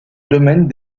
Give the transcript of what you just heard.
domaine